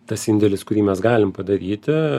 tas indėlis kurį mes galim padaryti